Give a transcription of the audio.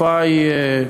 התופעה היא קשה.